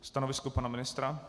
Stanovisko pana ministra?